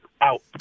Out